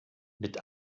mit